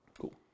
Cool